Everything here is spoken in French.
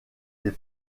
des